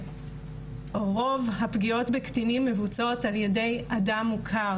רוב הפגיעות בקטינים מבוצעות על ידי אדם מוכר,